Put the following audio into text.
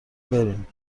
بریم